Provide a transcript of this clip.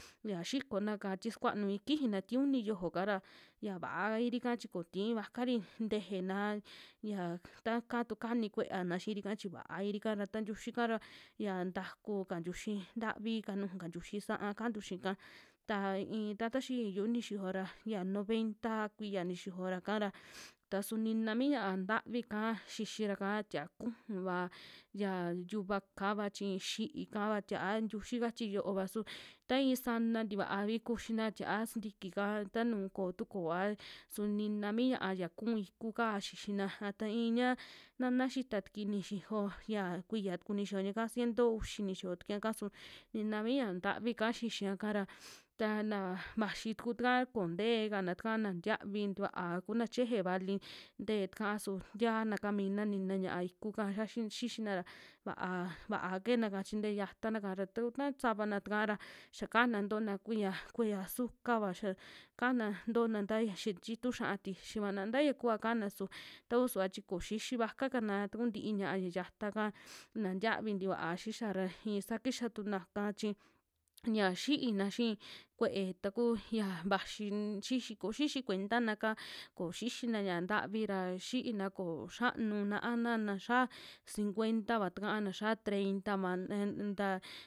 Ya xikonaka ti sukuanu i'i kijina ti uni yojoka ra ya vaairi'ka chi koo tii kuakuari tejena ya takatu kani kue'eana xiirika chi vaari'ka ra, ta tiuxika ra ya ntaku ka ntiuxi ntavi ka nujuka tiuxi sa'a kantu xii'ka, ta i'in tata xiiyu nixiyo ra ya noventa kuiya nixiyora'ka ra tasu nina mi ña'a ntavika xixira'ka tia'a kujuva, ya tuvakava chi xi'í kava tia'a tiuxi kachi yoova, su tai sana tikuavi kuxina tia'a sintiki'ka tanu koo tukoa, su nina mi ña'a ya kuu ikuka xixina, a ta iña nana xita tukui nixiyo ya kuiya tuku nixiyo ñaka, ciento uxi nixiyo tukuña'ka su nina mi ña'a ntavika xixiña'ka ra, tana vaxi tuku taka kontee kana taka na ntiavi tikua kuna cheje vale ntee taka su tianaka mina nina ña'a ikuka xiaxi xixina ra vaa, vaa kenaka chi ntee yatanaka ra, taku taka savana takaa ra xia kana ntona vea- vee ya sukava, ya kana ntona ta i xia chitu xa'a tixivana taya kua kana su tau suva chi ko xixi vaka kana taku ntii ña'a ya yataka na ntiavi tivaa xixia ra i'i saa kixa tunaka chi ña xiina xii kue'e taku yia vaxi xixi ko- xixi kuentana'ka ko xixina ña'a ntavi ra xiina koo xiantu naa na na xia cienta'va taka, na xia treintama tme ta.